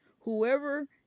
Whoever